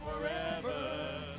forever